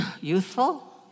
youthful